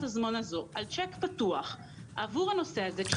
הזמן הזאת על צ'ק פתוח עבור הנושא הזה.